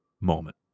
moment